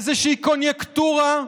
איזושהי קוניונקטורה,